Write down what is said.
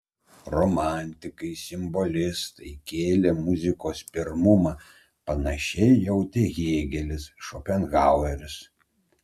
romantikai simbolistai kėlė muzikos pirmumą panašiai jautė hėgelis šopenhaueris